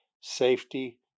safety